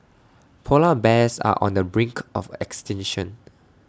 Polar Bears are on the brink of extinction